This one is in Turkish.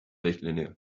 bekleniyor